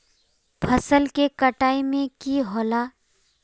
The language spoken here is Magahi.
फसल के कटाई में की होला?